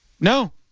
No